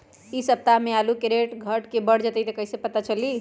एक सप्ताह मे आलू के रेट घट ये बढ़ जतई त कईसे पता चली?